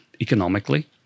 economically